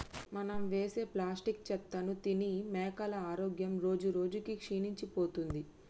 మనం వేసే ప్లాస్టిక్ చెత్తను తిని మేకల ఆరోగ్యం రోజురోజుకి క్షీణించిపోతుంది